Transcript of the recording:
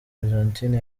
argentine